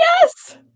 Yes